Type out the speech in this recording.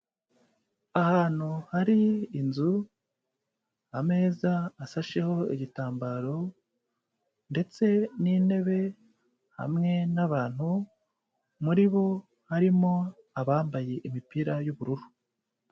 Ahantu hari inzu, ameza asasheho igitambaro ndetse n'intebe hamwe n'abantu muri bo harimo abambaye imipira y'ubururu.